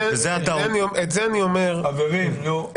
חברים, נו.